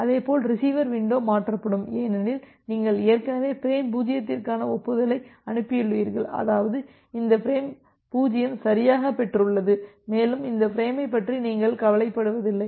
இதேபோல் receiver window மாற்றப்படும் ஏனெனில் நீங்கள் ஏற்கனவே பிரேம் 0 க்கான ஒப்புதலை அனுப்பியுள்ளீர்கள் அதாவது இந்த பிரேம் 0 சரியாகப் பெற்றுள்ளது மேலும் இந்த ஃபிரேமைப் பற்றி நீங்கள் கவலைப்படுவதில்லை